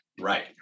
right